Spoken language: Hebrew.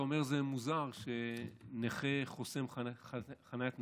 אתה אומר שזה מוזר שנכה חוסם חניית נכים,